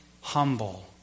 humble